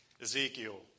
Ezekiel